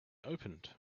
opened